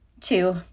two